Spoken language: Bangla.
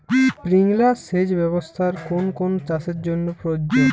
স্প্রিংলার সেচ ব্যবস্থার কোন কোন চাষের জন্য প্রযোজ্য?